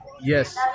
yes